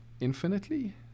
infinitely